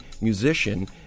musician